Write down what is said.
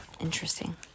Interesting